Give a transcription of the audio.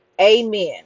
Amen